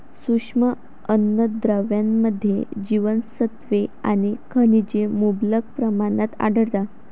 सूक्ष्म अन्नद्रव्यांमध्ये जीवनसत्त्वे आणि खनिजे मुबलक प्रमाणात आढळतात